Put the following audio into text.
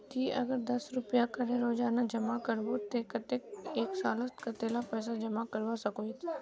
ती अगर दस रुपया करे रोजाना जमा करबो ते कतेक एक सालोत कतेला पैसा जमा करवा सकोहिस?